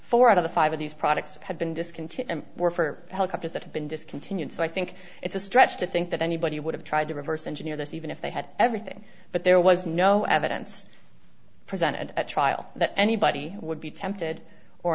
four out of the five of these products have been discontinued were for helicopters that have been discontinued so i think it's a stretch to think that anybody would have tried to reverse engineer this even if they had everything but there was no evidence presented at trial that anybody would be tempted or